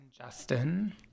justin